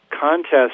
contest